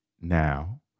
now